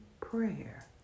prayer